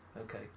Okay